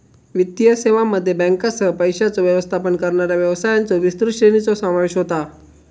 वित्तीय सेवांमध्ये बँकांसह, पैशांचो व्यवस्थापन करणाऱ्या व्यवसायांच्यो विस्तृत श्रेणीचो समावेश होता